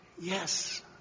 Yes